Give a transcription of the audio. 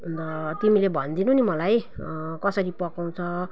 ल तिमीले भनिदिनु नि मलाई कसरी पकाउँछ